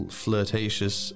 flirtatious